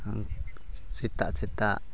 ᱦᱮᱸ ᱥᱮᱛᱟᱜ ᱥᱮᱛᱟᱜ